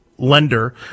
Lender